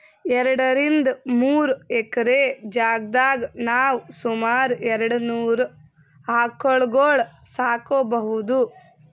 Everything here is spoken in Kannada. ಎರಡರಿಂದ್ ಮೂರ್ ಎಕ್ರೆ ಜಾಗ್ದಾಗ್ ನಾವ್ ಸುಮಾರ್ ಎರಡನೂರ್ ಆಕಳ್ಗೊಳ್ ಸಾಕೋಬಹುದ್